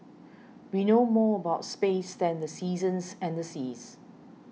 we know more about space than the seasons and the seas